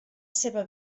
seva